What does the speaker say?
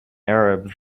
arab